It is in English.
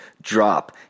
drop